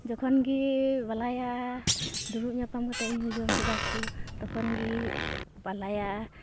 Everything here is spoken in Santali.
ᱡᱚᱠᱷᱚᱱ ᱜᱮ ᱵᱟᱞᱟᱭᱟ ᱫᱩᱲᱩᱵ ᱧᱟᱯᱟᱢ ᱠᱟᱛᱮᱫ ᱧᱩᱼᱡᱚᱢ ᱠᱮᱫᱟ ᱠᱚ ᱛᱚᱠᱷᱚᱱ ᱜᱤ ᱵᱟᱞᱟᱭᱟ